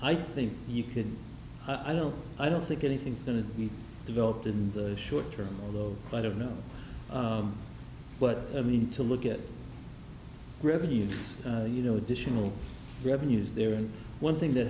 i think you could i don't i don't think anything's going to be developed in the short term although i don't know but i mean to look at revenues you know additional revenues there one thing that